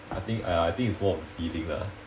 I think I I think it's more of a feeling lah